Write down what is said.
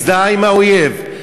מזדהה עם האויב,